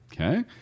Okay